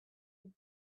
had